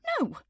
No